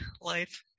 life